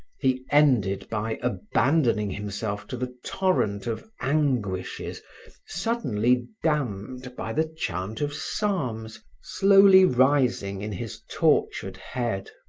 he ended by abandoning himself to the torrent of anguishes suddenly dammed by the chant of psalms slowly rising in his tortured head.